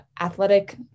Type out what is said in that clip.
athletic